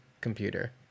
computer